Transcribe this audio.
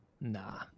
Nah